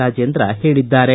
ರಾಜೀಂದ್ರ ಹೇಳಿದ್ದಾರೆ